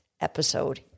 episode